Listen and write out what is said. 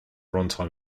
runtime